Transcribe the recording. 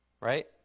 Right